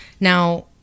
Now